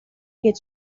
get